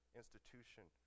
institution